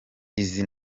izi